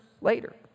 later